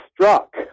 struck